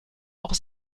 auch